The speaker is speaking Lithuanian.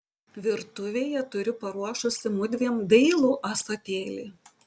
virtuvėje turiu paruošusi mudviem dailų ąsotėlį